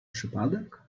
przypadek